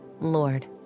Lord